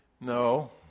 No